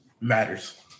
matters